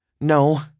No